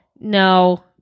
No